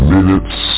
Minutes